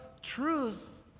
truth